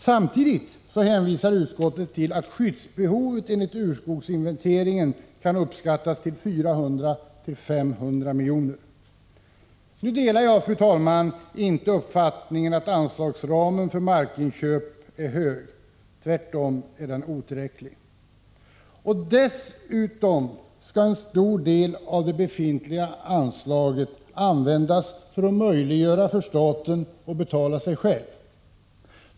Samtidigt hänvisas till att skyddsbehovet enligt urskogsinventeringen kan uppskattas till 400-500 miljoner. Nu delar jag, fru talman, inte uppfattningen att anslagsramen för markinköp är hög — tvärtom är den otillräcklig. Dessutom skall en stor del av det befintliga anslaget användas för att möjliggöra för staten att betala sig själv.